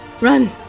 Run